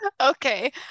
okay